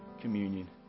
communion